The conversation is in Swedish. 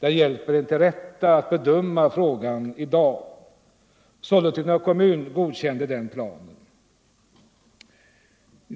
Kartan hjälper en att rätt bedöma frågan i dag. Sollentuna kommun godkände den planen.